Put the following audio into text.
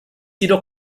jedoch